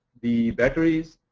the batteries,